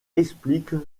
explique